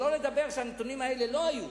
שלא לדבר על כך שהנתונים האלה לא היו,